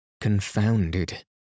confounded